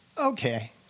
Okay